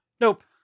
Nope